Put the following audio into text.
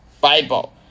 Bible